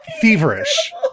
feverish